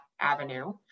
avenue